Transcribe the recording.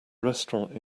restaurant